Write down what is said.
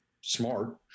smart